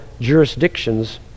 jurisdictions